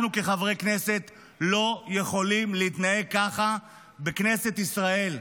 אנחנו כחברי כנסת לא יכולים להתנהג ככה בכנסת ישראל.